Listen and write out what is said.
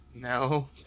No